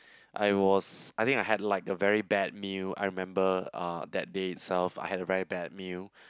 I was I think I had like a very bad meal I remember uh that day itself I had a very bad meal